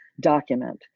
document